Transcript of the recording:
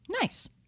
Nice